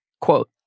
quote